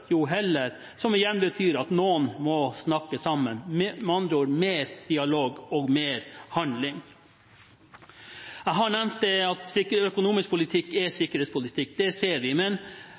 jo før, jo heller, som igjen betyr at noen må snakke sammen – med andre ord: mer dialog og mer handling. Jeg har nevnt at økonomisk politikk er sikkerhetspolitikk, det ser vi, men